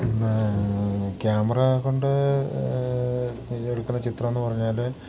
പിന്നേ ക്യാമറ കൊണ്ട് എടുക്കുന്ന ചിത്രം എന്നു പറഞ്ഞാൽ